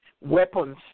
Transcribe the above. weapons